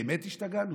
באמת השתגענו?